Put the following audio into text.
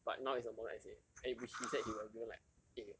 but now it's a model essay and which he said he would have given like a